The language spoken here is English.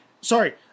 Sorry